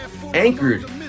anchored